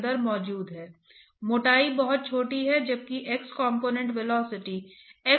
इसलिए जब आप परिमाणीकरण कहते हैं तो आपको x y के फलन के रूप में तापमान प्रोफाइल की आवश्यकता होती है